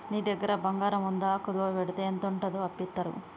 నీ దగ్గర బంగారముందా, కుదువవెడ్తే ఎంతంటంత అప్పిత్తరు